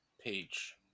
page